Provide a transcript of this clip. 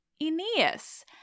Aeneas